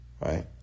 right